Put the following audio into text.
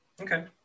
Okay